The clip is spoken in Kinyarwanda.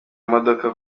imodoka